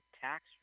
tax